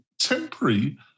temporary